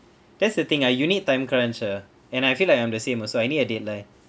that's the thing ah you need time crunch ah and I feel like I'm the same also I need a deadline